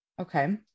Okay